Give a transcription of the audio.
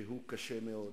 שהוא קשה מאוד.